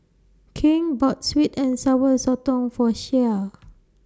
King bought Sweet and Sour Sotong For Shea